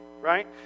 right